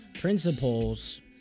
principles